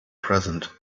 present